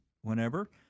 whenever